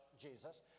Jesus